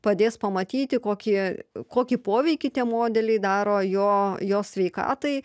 padės pamatyti kokį kokį poveikį tie modeliai daro jo jos sveikatai